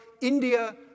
India